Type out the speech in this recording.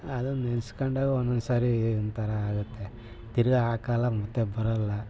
ಅದನ್ನ ನೆನೆಸ್ಕೊಂಡಾಗ ಒಂದೊಂದು ಸರಿ ಒಂಥರ ಆಗುತ್ತೆ ತಿರುಗಾ ಆ ಕಾಲ ಮತ್ತೆ ಬರೋಲ್ಲ